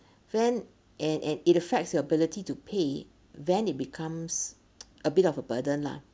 then and and it affects your ability to pay then it becomes a bit of a burden lah